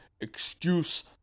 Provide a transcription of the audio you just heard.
excuse